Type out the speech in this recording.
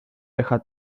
deja